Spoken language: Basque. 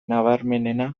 nabarmena